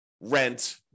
rent